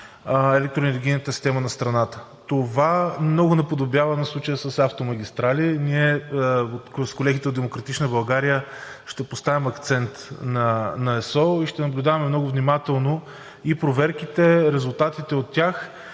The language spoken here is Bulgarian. електроенергийната система на страната. Това много наподобява на случая с „Автомагистрали“. Ние с колегите от „Демократична България“ ще поставим акцент на ЕСО и ще наблюдаваме много внимателно и проверките, и резултатите от тях,